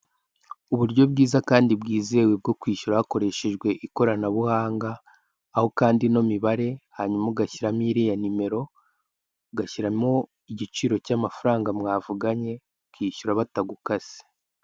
Uburyo bwiza kandi bwizewe bwo kwishyura hakoreshejwe ikoranabuhanga, aho ukanda ino imibare hanyuma ugashyiramo iriya nimero, ugashyiramo igiciro cy'amafaranga mwavuganye ukishyura batagukase.